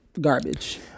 garbage